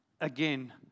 again